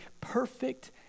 perfect